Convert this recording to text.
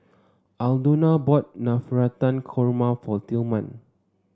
Aldona bought Navratan Korma for Tillman